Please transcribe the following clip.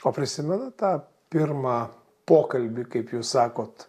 o prisimenat tą pirmą pokalbį kaip jūs sakot